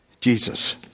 Jesus